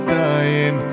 dying